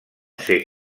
ser